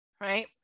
right